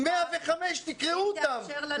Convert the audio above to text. תקראו אותם.